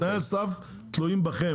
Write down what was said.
אבל תנאי הסף תלויים בכם,